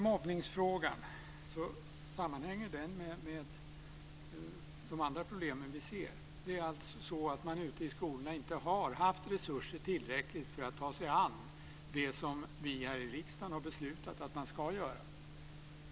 Mobbningsfrågan sammanhänger med de andra problem vi ser. Det är alltså så att man ute i skolorna inte har haft tillräckligt med resurser för att ta sig an det som vi här i riksdagen har beslutat att man ska göra.